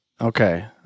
Okay